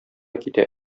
китә